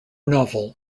novel